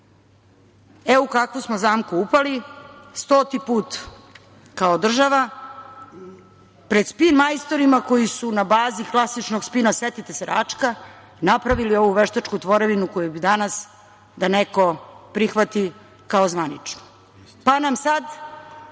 kakvu smo zamku upali stoti put kao država pred spin majstorima koji su na bazi klasičnog spina, setite se Račka, napravili ovu veštačku tvorevinu koju bi danas da neko prihvati kao zvaničnu, pa nam sada